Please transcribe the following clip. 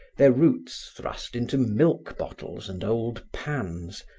their roots thrust into milk bottles and old pans,